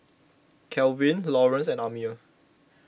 Kalvin Laurence and Amir